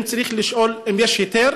הם צריכים לשאול אם יש היתר,